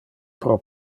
pro